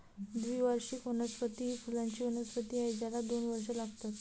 द्विवार्षिक वनस्पती ही फुलांची वनस्पती आहे ज्याला दोन वर्षे लागतात